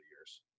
years